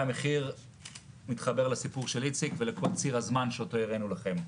והמחיר מתחבר לסיפור של איציק ולכל ציר הזמן שאותו הראנו לכם.